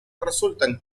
resultan